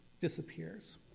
disappears